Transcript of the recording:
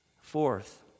Fourth